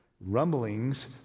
rumblings